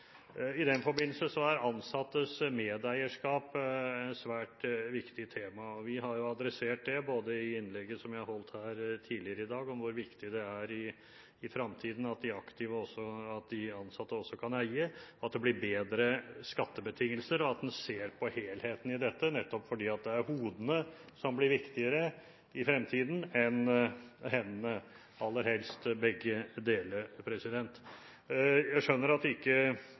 I den forbindelse er ansattes medeierskap et svært viktig tema, og vi har adressert det bl.a. i innlegget jeg holdt her tidligere i dag. Det handler om hvor viktig det i fremtiden er at de ansatte også kan eie, og at det blir bedre skattebetingelser, og at en ser på helheten i dette, nettopp fordi det er hodene som blir viktigere enn hendene i fremtiden, men aller helst begge deler. Jeg skjønner at Kristelig Folkeparti ikke